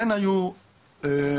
כן היו מקבצים.